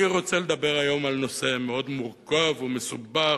אני רוצה לדבר היום על נושא מאוד מורכב ומסובך,